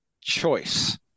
choice